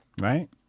Right